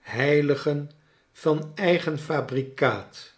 heiligen van eigen fabrikaat